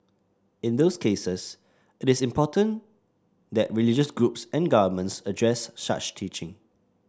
in those cases it is important that religious groups and governments address such teaching